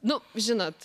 nu žinot